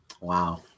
Wow